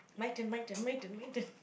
my turn my turn my turn my turn